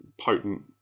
potent